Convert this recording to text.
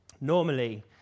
Normally